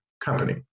company